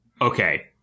Okay